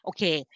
Okay